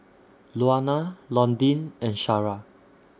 Luana Londyn and Shara